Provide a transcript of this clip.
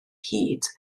hyd